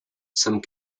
some